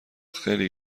خیلی